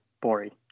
Bori